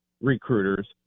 recruiters